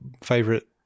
favorite